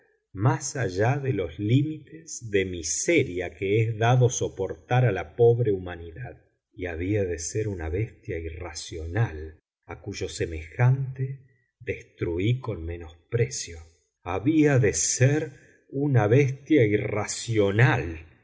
más allá de los límites de miseria que es dado soportar a la pobre humanidad y había de ser una bestia irracional a cuyo semejante destruí con menosprecio había de ser una bestia irracional